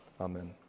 amen